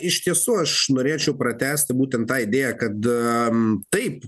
iš tiesų aš norėčiau pratęsti būtent tą idėją kad taip